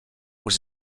was